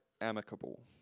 amicable